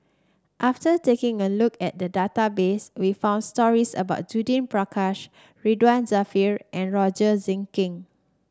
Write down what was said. after taking a look at the database we found stories about Judith Prakash Ridzwan Dzafir and Roger Jenkins